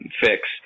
fix